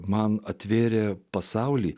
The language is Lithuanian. man atvėrė pasaulį